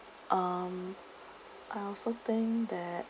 um I also think that